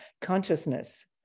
consciousness